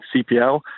CPL